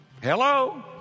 Hello